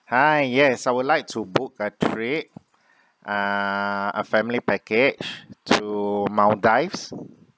hi yes I would like to book a trip uh a family package to maldives